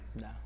No